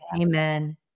Amen